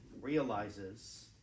realizes